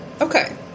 Okay